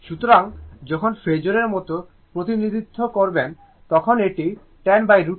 সুতরাং যখন ফেজোরের মতো প্রতিনিধিত্ব করবেন তখন এটি 10√ 2 হবে